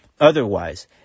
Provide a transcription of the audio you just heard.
Otherwise